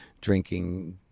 drinking